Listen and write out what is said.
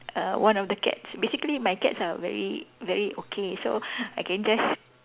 uh one of the cats basically my cats are very very okay so I can just